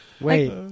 Wait